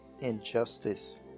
injustice